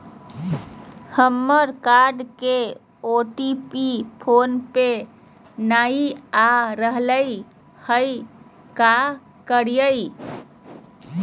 हमर कार्ड के OTP phone पे नई आ रहलई हई, का करयई?